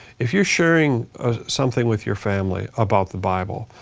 if you're sharing ah something with your family about the bible,